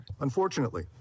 Unfortunately